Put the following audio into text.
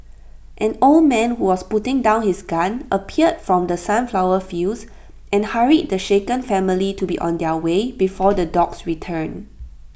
an old man who was putting down his gun appeared from the sunflower fields and hurried the shaken family to be on their way before the dogs return